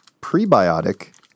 Prebiotic